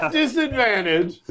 disadvantage